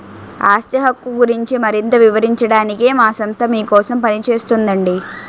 ఆస్తి హక్కు గురించి మరింత వివరించడానికే మా సంస్థ మీకోసం పనిచేస్తోందండి